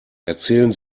erzählen